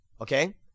Okay